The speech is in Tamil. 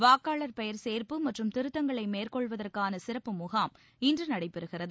வாக்காளர் பெயர் சேர்ப்பு மற்றும் திருத்தங்களை மேற்கொள்வதற்கான சிறப்பு முகாம் இன்று நடைபெறுகிறது